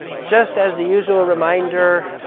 just as the usual reminder,